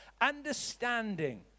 understanding